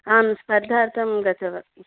आं स्पर्धार्थं गतवती